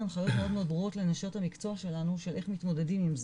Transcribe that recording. מאוד ברורות לנשות המקצוע שלנו של איך מתמודדים עם זה,